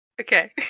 okay